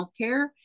healthcare